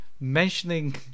Mentioning